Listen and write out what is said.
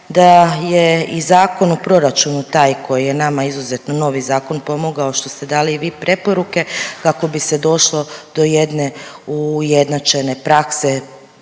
da je i Zakon o proračunu taj koji je nama izuzetno novi zakon pomogao što ste dali i vi preporuke kako bi se došlo do jedne ujednačene prakse